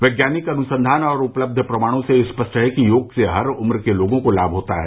वैज्ञानिक अनुसंधान और उपलब्ध प्रमाणों से यह स्पष्ट है कि योग से हर उम्र के लोगों को लाम होता है